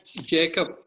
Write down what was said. jacob